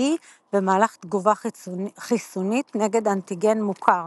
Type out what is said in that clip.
במהלך תגובה חיסונית נגד אנטיגן מוכר.